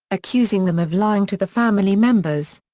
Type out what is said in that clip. accusing them of lying to the family members.